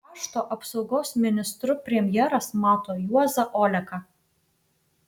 krašto apsaugos ministru premjeras mato juozą oleką